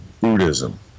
Buddhism